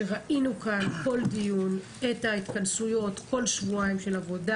שראינו כאן כל דיון את ההתכנסויות כל שבועיים של עבודה